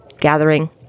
gathering